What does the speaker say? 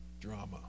drama